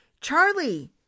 Charlie